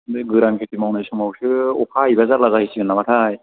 बे गोरान खेथि मावनाय समावसो अखा हाहैब्ला जारला जाहैसिगोन नामाथाय